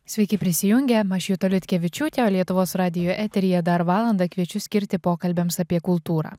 sveiki prisijungę aš juta liutkevičiūtė o lietuvos radijo eteryje dar valandą kviečiu skirti pokalbiams apie kultūrą